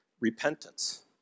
repentance